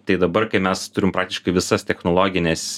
tai dabar kai mes turim praktiškai visas technologines